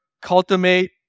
cultivate